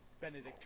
Benedict